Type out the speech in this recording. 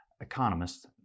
economists